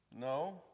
No